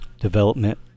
development